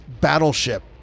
battleship